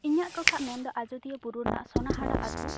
ᱤᱧᱟᱹᱜ ᱴᱚᱴᱷᱟ ᱢᱮᱱᱫᱚ ᱟᱡᱚᱫᱤᱭᱟᱹ ᱵᱩᱨᱩ ᱨᱮᱱᱟᱜ ᱥᱚᱱᱟᱦᱟᱨᱟ ᱟᱹᱛᱩ